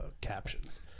captions